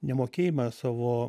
nemokėjimą savo